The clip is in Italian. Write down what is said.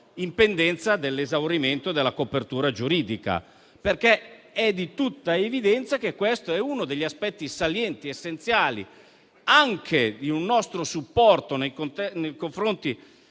in pendenza dell'esaurimento della copertura giuridica. È di tutta evidenza che questo è uno degli aspetti salienti ed essenziali anche di un nostro supporto nei confronti